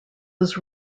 was